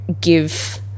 give